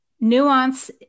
nuance